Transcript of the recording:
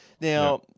Now